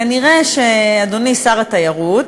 כנראה, אדוני שר התיירות,